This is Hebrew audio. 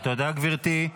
תודה, גברתי.